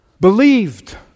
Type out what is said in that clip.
believed